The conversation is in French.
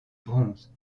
bronze